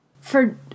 For-